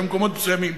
במקומות מסוימים,